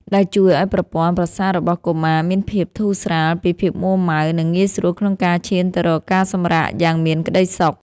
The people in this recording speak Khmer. ដែលជួយឱ្យប្រព័ន្ធប្រសាទរបស់កុមារមានភាពធូរស្រាលពីភាពមួរម៉ៅ និងងាយស្រួលក្នុងការឈានទៅរកការសម្រាកយ៉ាងមានក្ដីសុខ។